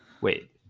Wait